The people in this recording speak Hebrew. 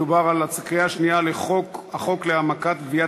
מדובר בקריאה שנייה בחוק להעמקת גביית